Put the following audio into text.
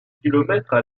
kilomètres